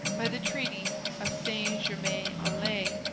by the treaty of st germain-en-laye,